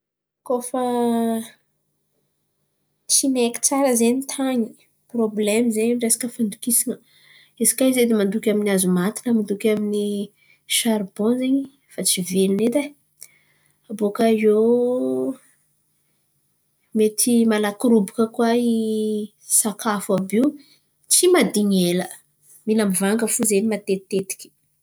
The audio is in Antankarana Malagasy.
Kô fa tsy maiky tsara zen̈y tany, problemo zen̈y resaka fandokisana, isaka izy edy mandoky amy ny hazomaty na mandoky amy ny sharbon zen̈y fa tsy velon̈o edy ai. Abôkà eo mety malaky robaka kôa sakafo àby io tsy madin̈y ela, mila mivanga fo zen̈y matetiteiky.